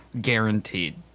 Guaranteed